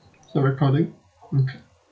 still recording mm